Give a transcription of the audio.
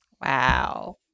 wow